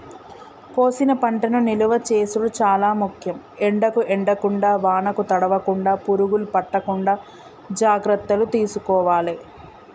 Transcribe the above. కోసిన పంటను నిలువ చేసుడు చాల ముఖ్యం, ఎండకు ఎండకుండా వానకు తడవకుండ, పురుగులు పట్టకుండా జాగ్రత్తలు తీసుకోవాలె